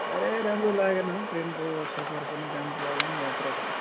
साह्रै राम्रो लागेन हौ ट्रेनको सफर पनि राम्रो लागेन यात्रा पनि